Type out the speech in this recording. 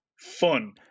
fun